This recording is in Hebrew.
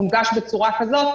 מונגש בצורה כזאת,